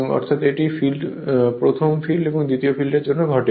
অর্থাৎ এটি প্রথম ফিল্ড এবং দ্বিতীয় ফিল্ডের জন্য ঘটে